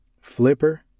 flipper